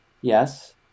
yes